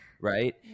right